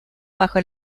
bajo